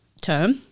term